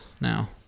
now